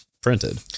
Printed